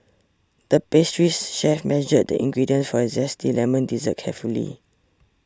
the pastries chef measured the ingredients for a Zesty Lemon Dessert carefully